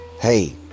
Hey